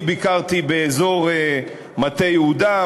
אני ביקרתי באזור מטה-יהודה,